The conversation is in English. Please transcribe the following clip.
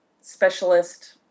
specialist